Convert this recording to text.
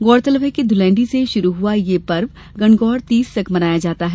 गौरतलब है कि धुलेंडी से शुरू हुआ यह पर्व गणगौर तीज तक मनाया जाता है